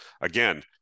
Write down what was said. again